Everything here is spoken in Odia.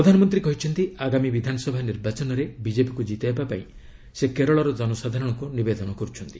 ପ୍ରଧାନମନ୍ତ୍ରୀ କହିଚ୍ଚନ୍ତି ଆଗାମୀ ବିଧାନସଭା ନିର୍ବାଚନରେ ବିଜେପିକ୍ ଜିତାଇବା ପାଇଁ ସେ କେରଳର ଜନସାଧାରଣଙ୍କୁ ନିବେଦନ କରୁଛନ୍ତି